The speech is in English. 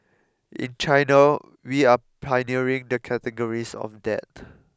in China we are pioneering the categories of that